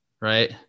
right